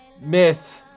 myth